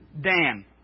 Dan